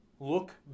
look